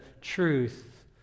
truth